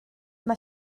mae